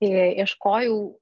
iš ieškojau